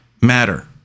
matter